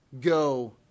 go